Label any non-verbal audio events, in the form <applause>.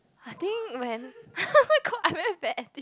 I think when <laughs> got I very bad at this